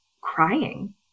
crying